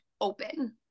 open